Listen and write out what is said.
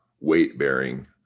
weight-bearing